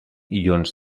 ions